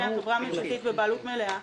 חברה ממשלתית בבעלות מלאה,